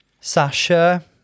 Sasha